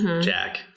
Jack